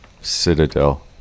Citadel